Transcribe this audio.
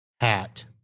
hat